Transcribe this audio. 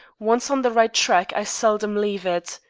once on the right track, i seldom leave it.